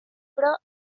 pro